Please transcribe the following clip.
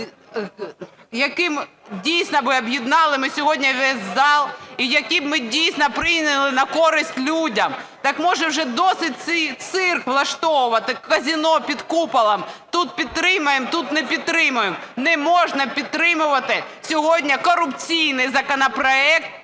якими дійсно би об'єднали ми сьогодні весь зал, і які б ми дійсно прийняли на користь людям. Так, може, уже досить цей цирк влаштовувати, казино під куполом: тут підтримуємо, тут не підтримуємо? Не можна підтримувати сьогодні корупційний законопроект